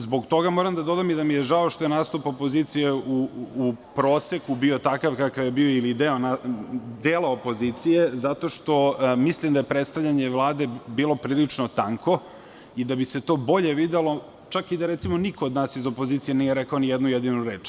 Zbog toga moram da dodam i da mi je žao što je nastup opozicije u proseku bio takav kakav je bio ili dela opozicije, zato što mislim da je predstavljanje Vlade bilo prilično tanko i da bi se to bolje videlo, čak i da recimo niko od nas iz opozicije nije rekao ni jednu jedinu reč.